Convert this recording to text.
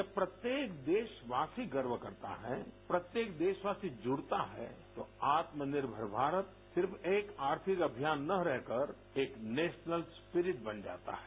जब प्रत्येक देशवासी गर्व करता है प्रत्येक देशवासी जुड़ता है तो आत्मनिर्भर भारत सिर्फ एक आर्थिक अभियान न रहकर एक नेशनल स्प्रिट बन जाता है